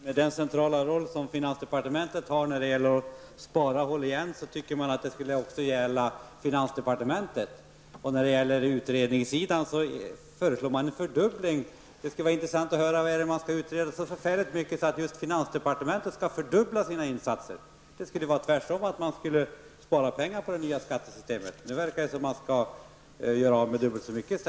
Herr talman! Finansdepartementet har en central roll när det gäller att se till att andra sparar och håller igen, borde gälla även för finansdepartementets egen verksamhet. I fråga om utredningar föreslås en fördubbling av anslaget. Det skulle vara intressant att höra vad som skall utredas så förfärligt mycket att just finansdepartementet skall fördubbla sina insatser. Man skulle ju tvärtom spara pengar på det nya skattesystemet. Nu verkar det som om man i stället skall göra av med dubbelt så mycket.